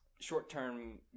short-term